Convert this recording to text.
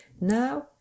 Now